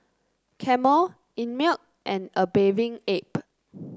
Camel Einmilk and A Bathing Ape